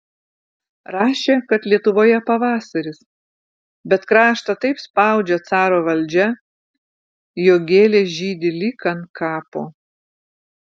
rašė kad lietuvoje pavasaris bet kraštą taip spaudžia caro valdžia jog gėlės žydi lyg ant kapo